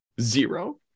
Zero